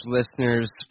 listeners